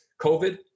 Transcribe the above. COVID